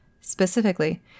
Specifically